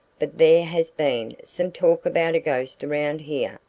but there has been some talk about a ghost around here,